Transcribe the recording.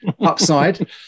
upside